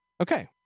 Okay